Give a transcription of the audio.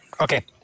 Okay